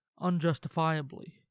unjustifiably